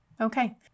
Okay